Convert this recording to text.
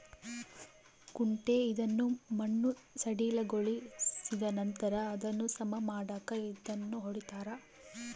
ಕುಂಟೆ ಇದನ್ನು ಮಣ್ಣು ಸಡಿಲಗೊಳಿಸಿದನಂತರ ಅದನ್ನು ಸಮ ಮಾಡಾಕ ಇದನ್ನು ಹೊಡಿತಾರ